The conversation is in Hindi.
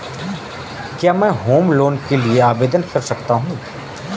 क्या मैं होम लोंन के लिए आवेदन कर सकता हूं?